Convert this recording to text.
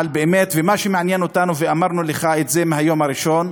ומה שמעניין אותנו, ואמרנו לך את זה מהיום הראשון,